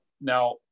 now